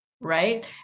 right